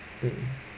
mm